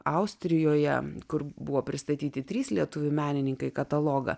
austrijoje kur buvo pristatyti trys lietuvių menininkai katalogą